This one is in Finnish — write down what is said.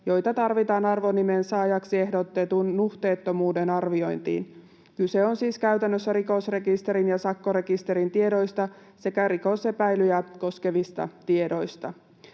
joita tarvitaan arvonimen saajaksi ehdotetun nuhteettomuuden arviointiin. Kyse on siis käytännössä rikosrekisterin ja sakkorekisterin tiedoista sekä rikosepäilyjä koskevista tiedoista.